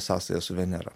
sąsają su venera